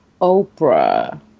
Oprah